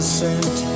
sent